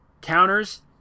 Counters